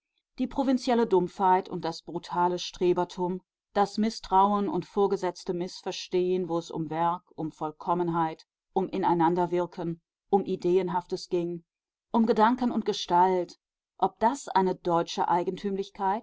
die provinzielle dumpfheit und das brutale strebertum das mißtrauen und vorgesetzte mißverstehen wo es um werk um vollkommenheit um ineinanderwirken um ideenhaftes ging um gedanken und gestalt ob das eine deutsche